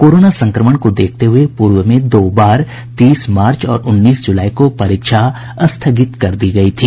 corona संक्रमण को देखते हुए पूर्व में दो बार तीस मार्च और उन्नीस जुलाई को परीक्षा स्थगित कर दी गयी थी